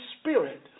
spirit